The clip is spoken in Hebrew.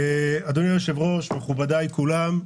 אדוני היושב-ראש, מכובדי כולם,